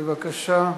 בבקשה: